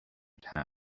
town